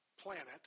planet